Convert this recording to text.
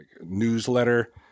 newsletter